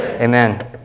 Amen